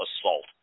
assault